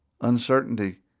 Uncertainty